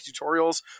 tutorials